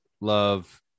love